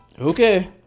okay